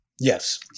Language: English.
Yes